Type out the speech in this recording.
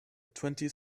twenty